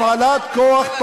הפעלת כוח.